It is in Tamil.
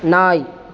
நாய்